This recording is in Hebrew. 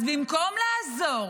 אז במקום לעזור